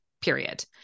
period